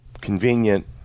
convenient